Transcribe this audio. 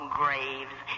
graves